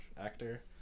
actor